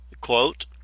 quote